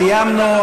סיימנו.